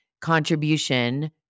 contribution